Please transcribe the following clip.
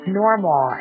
normal